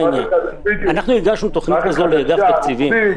אנחנו הגשנו תוכנית כזאת לאגף התקציבים.